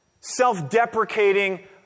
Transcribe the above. self-deprecating